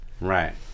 Right